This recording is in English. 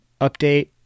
update